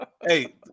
Hey